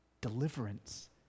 deliverance